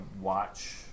watch